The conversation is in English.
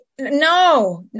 No